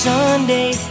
Sunday